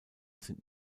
sind